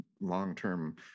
long-term